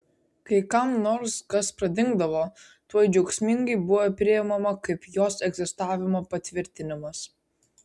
kai kam nors kas pradingdavo tuoj džiaugsmingai buvo priimama kaip jos egzistavimo patvirtinimas